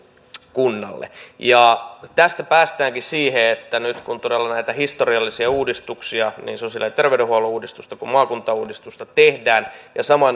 kunnalle tästä päästäänkin siihen että nyt kun todella näitä historiallisia uudistuksia niin sosiaali ja terveydenhuollon uudistusta kuin maakuntauudistusta tehdään ja samaan